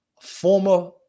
Former